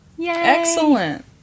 Excellent